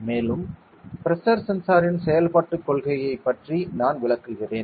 மேலும் பிரஷர் சென்சாரின் செயல்பாட்டுக் கொள்கையைப் பற்றி நான் விளக்குகிறேன்